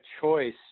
choice